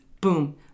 boom